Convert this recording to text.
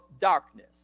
darkness